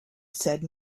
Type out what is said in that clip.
said